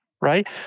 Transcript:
Right